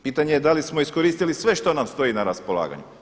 Pitanje je da li smo iskoristili sve što nam stoji na raspolaganju?